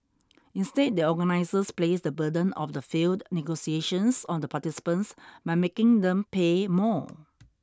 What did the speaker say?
instead the organisers placed the burden of the failed negotiations on the participants by making them pay more